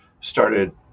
started